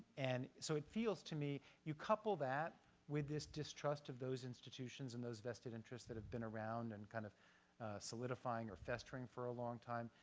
and so it feels to me, you couple that with this distrust of those institutions and those vested interests that have been around and kind of solidifying or festering for a long time,